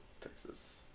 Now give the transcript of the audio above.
Texas